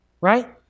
right